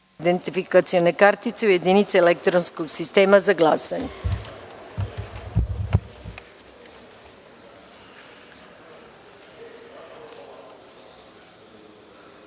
identifikacione kartice u jedinice elektronskog sistema za